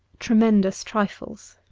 tremendous trifles